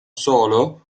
solo